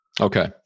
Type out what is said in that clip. Okay